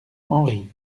henri